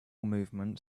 movement